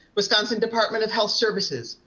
wisconsin department of health services,